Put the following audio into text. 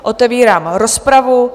Otevírám rozpravu.